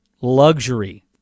luxury